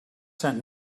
sent